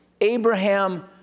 Abraham